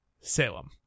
Salem